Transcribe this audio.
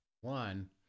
One